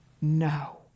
No